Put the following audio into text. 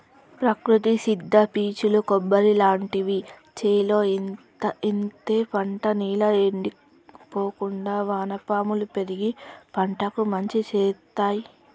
ప్రకృతి సిద్ద పీచులు కొబ్బరి లాంటివి చేలో ఎత్తే పంట నేల ఎండిపోకుండా వానపాములు పెరిగి పంటకు మంచి శేత్తాయ్